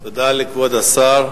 תודה לכבוד השר.